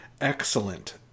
excellent